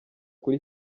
kuri